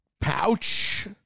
pouch